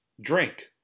drink